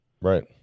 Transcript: right